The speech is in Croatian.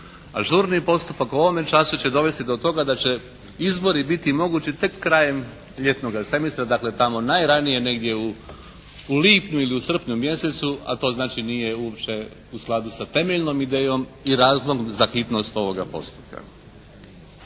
Ažurniji postupak u ovome času će dovesti do toga da će izbori biti mogući tek krajem ljetnoga semestra, dakle tamo najranije u lipnju ili u srpnju mjesecu a to znači nije uopće u skladu sa temeljnom idejom i razlogom za hitnost ovoga postupka.